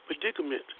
predicament